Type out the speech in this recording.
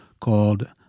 called